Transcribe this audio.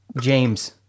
James